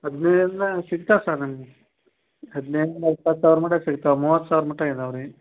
ಹದಿನೈದು ಇಂದ ಸಿಗ್ತಾವೆ ಸರ್ ನಮ್ಮ ಹದಿನೈದು ಇಂದ ಇಪ್ಪತ್ತು ಸಾವಿರ ಮುಟ ಸಿಗ್ತಾವೆ ಮೂವತ್ತು ಸಾವಿರ ಮುಟ ಇದಾವೆ ರೀ